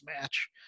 match